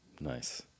Nice